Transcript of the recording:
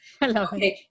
Hello